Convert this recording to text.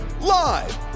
live